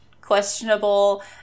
questionable